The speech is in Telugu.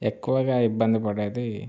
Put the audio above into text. ఎక్కువగా ఇబ్బంది పడేది